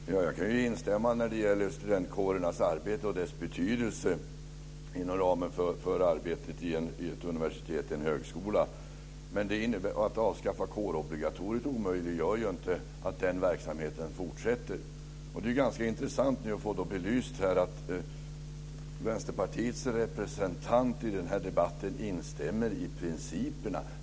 Fru talman! Ja, jag kan ju instämma när det gäller kårernas arbete och dess betydelse inom ramen för verksamheten vid ett universitet eller en högskola. Men att avskaffa kårobligatoriet omöjliggör inte att den verksamheten fortsätter. Det är ganska intressant att nu få belyst att Vänsterpartiets representant i den här debatten instämmer i principerna.